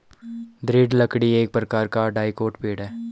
दृढ़ लकड़ी एक प्रकार का डाइकोट पेड़ है